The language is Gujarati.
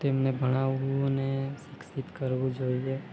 તેમને ભણાવવું ને શિક્ષિત કરવું જોઈએ